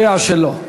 אני יודע שלא.